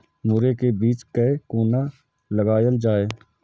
मुरे के बीज कै कोना लगायल जाय?